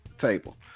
table